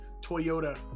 Toyota